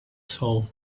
soul